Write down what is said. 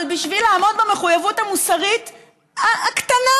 אבל בשביל לעמוד במחויבות המוסרית הקטנה,